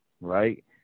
right